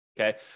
Okay